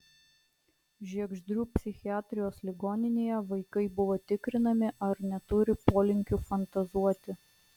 žiegždrių psichiatrijos ligoninėje vaikai buvo tikrinami ar neturi polinkių fantazuoti